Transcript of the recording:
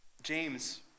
James